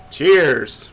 Cheers